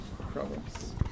problems